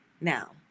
now